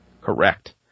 Correct